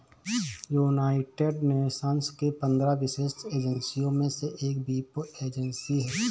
United Nations की पंद्रह विशेष एजेंसियों में से एक वीपो एजेंसी है